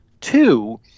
Two